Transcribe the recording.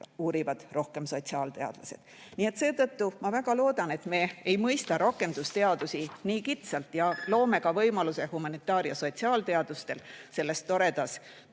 uurivad rohkem sotsiaalteadlased. Seetõttu ma väga loodan, et me ei mõista rakendusteadusi nii kitsalt ja loome ka võimaluse humanitaar- ja sotsiaalteadustele selles toredas